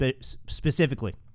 specifically